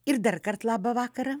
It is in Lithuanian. ir darkart labą vakarą